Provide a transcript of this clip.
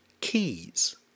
keys